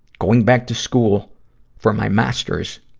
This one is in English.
going back to school for my master's.